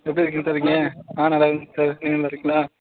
எப்படி இருக்கிங்க சார் இருக்கிங்க நான் நல்லாருக்கேன் சார் நீங்கள் நல்லாருக்கீங்களா